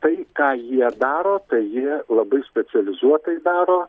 tai ką jie daro tai jie labai specializuotai daro